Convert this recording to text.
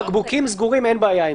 מכירה של בקבוקים סגורים, אין עם זה בעיה.